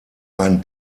einen